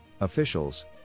officials